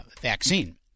vaccine